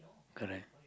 correct